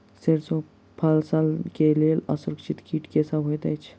सैरसो फसल केँ लेल असुरक्षित कीट केँ सब होइत अछि?